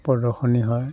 প্ৰদৰ্শনী হয়